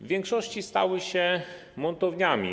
W większości stały się montowniami.